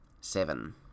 Seven